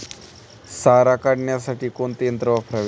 सारा काढण्यासाठी कोणते यंत्र वापरावे?